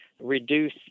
reduce